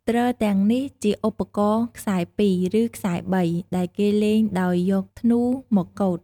ទ្រទាំងនេះជាឧបករណ៍ខ្សែពីរ ឬខ្សែបី ដែលគេលេងដោយយកធ្នូមកកូត។